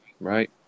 Right